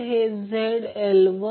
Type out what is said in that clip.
तर म्हणून XLLω 70